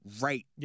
right